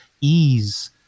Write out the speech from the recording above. ease